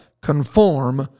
conform